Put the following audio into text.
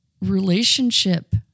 relationship